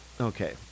okay